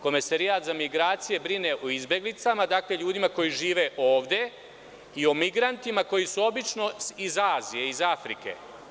Komesarijat za migracije brine o izbeglicama, dakle o ljudima koji žive ovde i o emigrantima koji su obično iz Azije, Afrike.